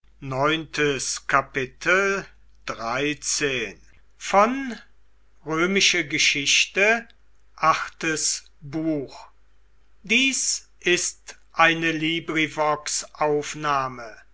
sind ist eine